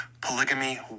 polygamy